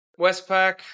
Westpac